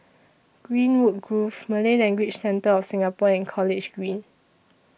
Greenwood Grove Malay Language Centre of Singapore and College Green